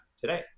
today